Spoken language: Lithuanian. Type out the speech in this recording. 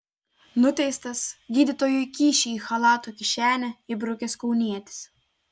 nuteistas gydytojui kyšį į chalato kišenę įbrukęs kaunietis